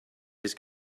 his